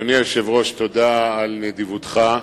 אדוני היושב-ראש, תודה על נדיבותך.